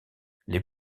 les